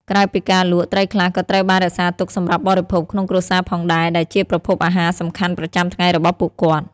ក្រៅពីការលក់ ត្រីខ្លះក៏ត្រូវបានរក្សាទុកសម្រាប់បរិភោគក្នុងគ្រួសារផងដែរ ដែលជាប្រភពអាហារសំខាន់ប្រចាំថ្ងៃរបស់ពួកគាត់។